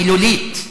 מילולית,